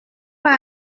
pas